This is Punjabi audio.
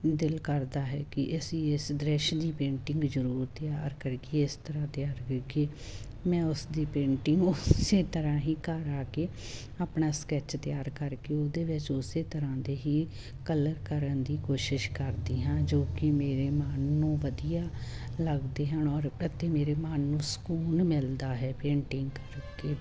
ਦਿਲ ਕਰਦਾ ਹੈ ਕਿ ਅਸੀਂ ਇਸ ਦ੍ਰਿਸ਼ ਦੀ ਪੇਂਟਿੰਗ ਜ਼ਰੂਰ ਤਿਆਰ ਕਰੀਏ ਇਸ ਤਰ੍ਹਾਂ ਤਿਆਰ ਕਰੀਏ ਮੈਂ ਉਸਦੀ ਪੇਂਟਿੰਗ ਉਸ ਤਰ੍ਹਾਂ ਹੀ ਘਰ ਆ ਕੇ ਆਪਣਾ ਸਕੈਚ ਤਿਆਰ ਕਰਕੇ ਉਹਦੇ ਵਿੱਚ ਉਸ ਤਰ੍ਹਾਂ ਦੇ ਹੀ ਕਲਰ ਕਰਨ ਦੀ ਕੋਸ਼ਿਸ਼ ਕਰਦੀ ਹਾਂ ਜੋ ਕਿ ਮੇਰੇ ਮਨ ਨੂੰ ਵਧੀਆ ਲੱਗਦੇ ਹਨ ਔਰ ਅਤੇ ਮੇਰੇ ਮਨ ਨੂੰ ਸਕੂਨ ਮਿਲਦਾ ਹੈ ਪੇਂਟਿੰਗ ਕਰਕੇ